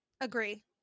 Agree